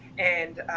and,